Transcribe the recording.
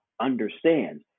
understand